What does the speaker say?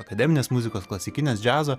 akademinės muzikos klasikinės džiazo